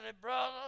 brother